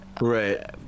Right